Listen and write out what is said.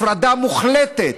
הפרדה מוחלטת.